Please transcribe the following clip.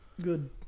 Good